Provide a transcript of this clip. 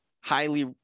highly